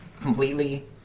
completely